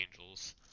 angels